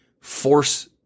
force